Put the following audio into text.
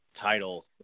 title